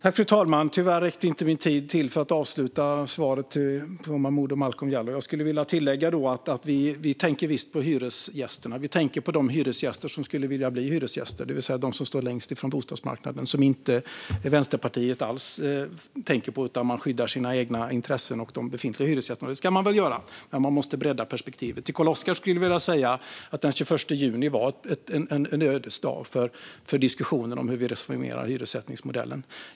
Fru talman! Tyvärr räckte inte min talartid till för att avsluta svaret till Momodou Malcolm Jallow. Jag skulle vilja tillägga att vi visst tänker på hyresgästerna. Vi tänker på de hyresgäster som skulle vilja bli hyresgäster, det vill säga de som står längst ifrån bostadsmarknaden. Dessa tänker Vänsterpartiet inte alls på. Man skyddar sina egna intressen och de befintliga hyresgästerna. Det ska man väl göra, men man måste bredda perspektivet. Till Carl-Oskar skulle jag vilja säga att den 21 juni var en ödesdag för diskussionen om hur vi reformerar hyressättningsmodellen.